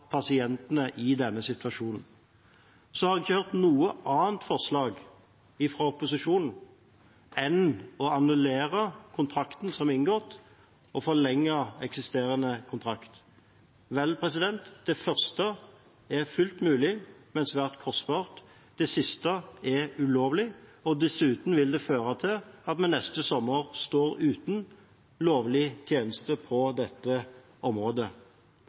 pasientene i denne situasjonen. Jeg har ikke hørt noe annet forslag fra opposisjonen enn å annullere kontrakten som er inngått, og forlenge eksisterende kontrakt. Det første er fullt mulig, men svært kostbart. Det siste er ulovlig, og dessuten vil det føre til at vi neste sommer står uten lovlig tjeneste på dette området.